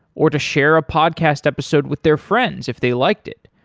or to share a podcast episode with their friends if they liked it?